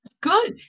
Good